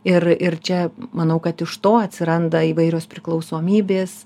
ir ir čia manau kad iš to atsiranda įvairios priklausomybės